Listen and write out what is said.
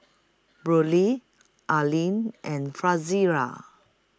Braulio Arlyn and Frazier